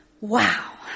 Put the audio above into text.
Wow